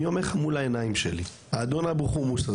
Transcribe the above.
אבל אני רואה מול העיניים שלי את אדון אבו חומוס.